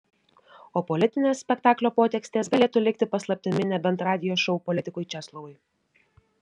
o politinės spektaklio potekstės galėtų likti paslaptimi nebent radijo šou politikui česlovui